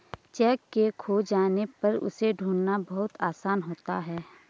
cheque के खो जाने पर उसे ढूंढ़ना बहुत आसान होता है